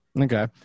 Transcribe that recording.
Okay